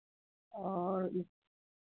और